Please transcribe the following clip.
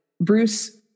Bruce